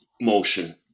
motion